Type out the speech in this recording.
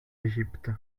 égypte